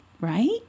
right